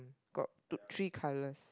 got three colours